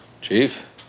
Chief